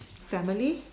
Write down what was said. family